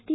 T